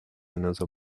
another